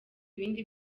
ibindi